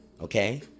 okay